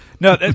No